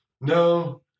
no